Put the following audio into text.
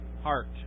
heart